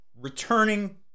returning